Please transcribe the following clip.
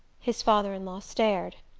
his father-in-law stared.